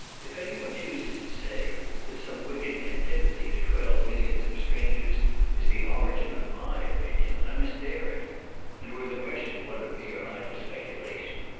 if any one chooses to say that some wicked antipathy to twelve millions of strangers is the origin of my opinion, i must bear it and were the question one of mere idle speculation,